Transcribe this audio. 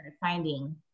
finding